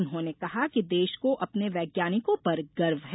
उन्होंने कहा कि देश को अपने वैज्ञानिकों पर गर्व है